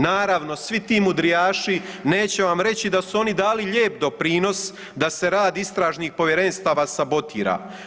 Naravno svi ti mudrijaši neće vam reći da su oni dali lijep doprinos da se rad Istražnih povjerenstava sabotira.